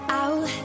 out